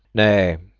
nay,